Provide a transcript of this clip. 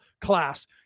class